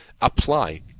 apply